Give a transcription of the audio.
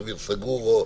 אוויר סגור.